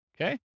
Okay